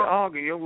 arguing